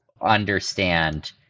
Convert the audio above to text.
understand